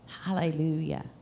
Hallelujah